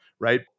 Right